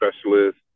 specialist